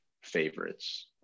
favorites